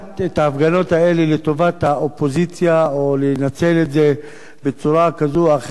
את ההפגנות האלה לטובת האופוזיציה או לנצל את זה בצורה כזו או אחרת,